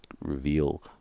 reveal